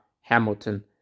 Hamilton